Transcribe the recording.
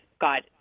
God